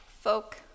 folk